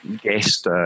guest